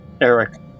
Eric